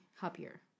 happier